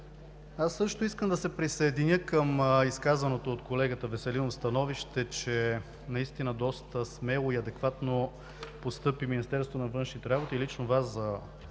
Аз също искам да се присъединя към казаното становище от колегата Веселинов, че наистина доста смело и адекватно постъпи Министерството на външните работи и лично Вие, за